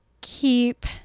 keep